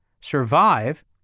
survive